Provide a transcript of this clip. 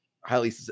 highly